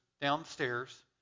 downstairs